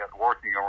working